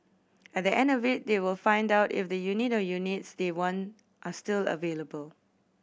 at the end of it they will find out if the unit or units they want are still available